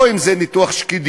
או אם זה ניתוח שקדים,